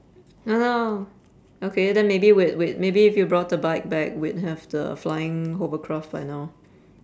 oh no okay then maybe we'd we'd maybe if you brought a bike back we'd have the flying hovercraft by now